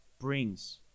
brings